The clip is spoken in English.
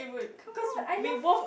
come on I love